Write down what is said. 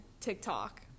TikTok